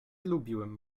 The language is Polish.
lubiłem